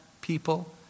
people